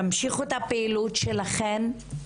תמשיכו את הפעילות שלכן.